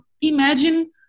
imagine